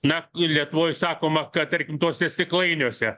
na ir lietuvoj sakoma kad tarkim tuose stiklainiuose